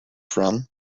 from